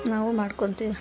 ನಾವು ಮಾಡ್ಕೊಂತೀವಿ